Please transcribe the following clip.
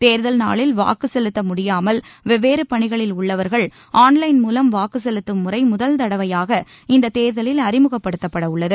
தேர்தல் நாளில் வாக்கு செலுத்த முடியாமல் வெவ்வேறு பணிகளில் உள்ளவர்கள் ஆன் லைன் மூலம் வாக்கு செலுத்தும் முறை முதல் தடவையாக இந்த தேர்தலில் அறிமுகப்படுத்தப்பட்டுள்ளது